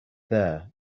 there